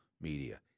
media